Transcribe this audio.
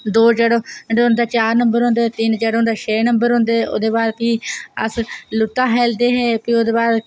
दौं जेह्ड़े होंदे चार नंबर होंदे ते तिन जेह्ड़े होंदे छे नंबर होंदे ते प्ही ओह्दे बाद अस लूत्ता खेल्लदे हे प्ही ओह्दे बाद अस